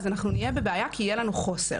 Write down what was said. אז אנחנו נהיה בבעיה כי יהיה לנו חוסר.